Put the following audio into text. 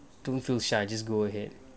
don't feel shy just go ahead